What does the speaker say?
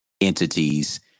entities